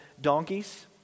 donkeys